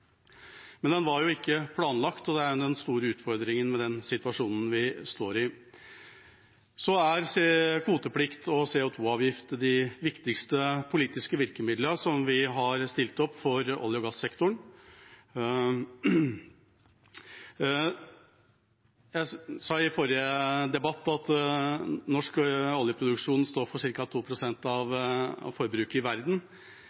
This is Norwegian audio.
Men det var ikke planlagt, og det er den store utfordringen med den situasjonen vi står i. Kvoteplikt og CO 2 -avgift er de viktigste politiske virkemidlene vi har stilt opp for olje- og gassektoren. Jeg sa i forrige debatt at norsk oljeproduksjon står for ca. 2 pst. av forbruket i verden.